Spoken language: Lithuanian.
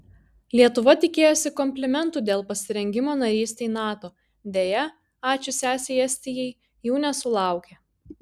lietuva tikėjosi komplimentų dėl pasirengimo narystei nato deja ačiū sesei estijai jų nesulaukė